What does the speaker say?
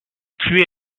tuer